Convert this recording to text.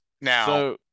Now